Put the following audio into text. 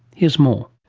here's more.